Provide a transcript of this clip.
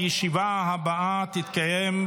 הישיבה הבאה תתקיים,